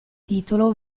titolo